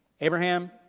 Abraham